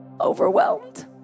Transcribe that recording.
overwhelmed